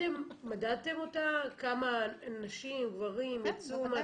מדדתם אותה, כמה נשים, גברים יצאו מהתוכנית?